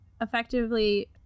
effectively